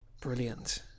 Brilliant